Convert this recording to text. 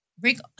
Rick